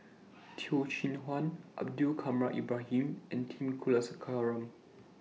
Teo Chee Hean Abdul Kadir Ibrahim and T Kulasekaram